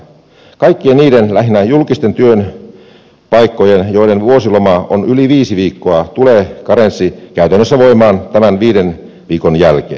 kaikkien niiden lähinnä julkisten työpaikkojen osalta joiden vuosiloma on yli viisi viikkoa tulee karenssi käytännössä voimaan tämän viiden viikon jälkeen